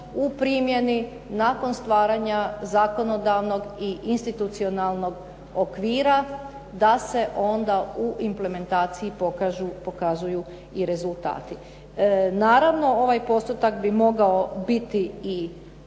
u primjeni nakon stvaranja zakonodavnog i institucionalnog okvira da se onda u implementaciji pokažu i pokazuju i rezultati. Naravno, ovaj postotak bi mogao biti i